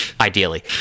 ideally